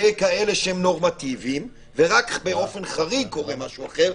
ככאלה שהם נורמטיביים ורק באופן חריג קורה משהו אחר,